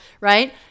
right